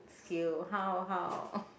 scale how how